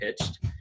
pitched